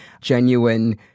genuine